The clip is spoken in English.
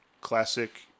classic